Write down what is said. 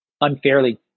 unfairly